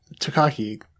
Takaki